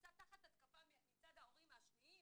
נמצא תחת התקפה מצד ההורים האחרים,